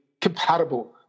compatible